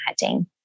hunting